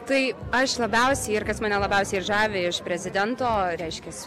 tai aš labiausiai ir kas mane labiausiai ir žavi iš prezidento reiškias